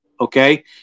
okay